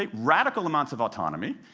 ah radical amounts of autonomy.